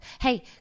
Hey